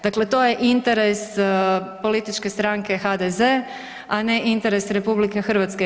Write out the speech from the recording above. Dakle, to je interes političke stranke HDZ, a ne interes RH.